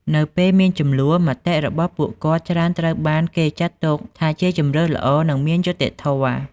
នៅពេលមានជម្លោះ មតិរបស់ពួកគាត់ច្រើនត្រូវបានគេចាត់ទុកថាជម្រើសល្អ និងមានយុត្តិធម៌។